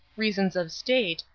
reasons of state,